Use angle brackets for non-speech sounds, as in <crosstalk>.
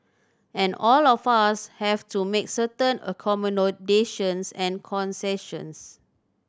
and all of us have to make certain <unintelligible> and concessions